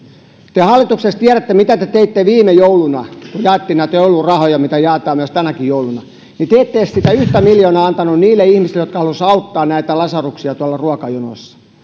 te hallituksessa tiedätte mitä te teitte viime jouluna kun jaettiin näitä joulurahoja mitä jaetaan tänäkin jouluna te ette edes sitä yhtä miljoonaa antaneet niille ihmisille jotka halusivat auttaa näitä lasaruksia tuolla ruokajonoissa